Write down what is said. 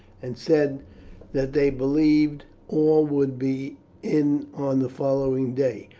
and said that they believed all would be in on the following day.